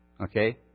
okay